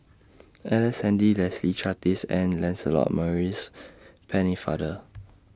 Ellice Handy Leslie Charteris and Lancelot Maurice Pennefather